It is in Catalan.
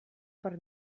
per